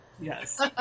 Yes